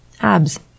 Abs